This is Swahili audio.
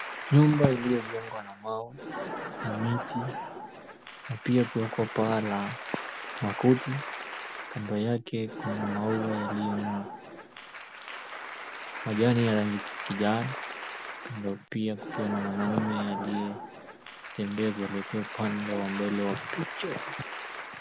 Nyumba iliyojengwa na mbao na miti na pia kuwekwa paa la makuti kando yake kuna maua yaliyo na majani ya rangi kijani kando pia kukiwa na mwanaume aliyetembea kuelekea upande wa mbele wa picha.